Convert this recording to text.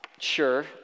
Sure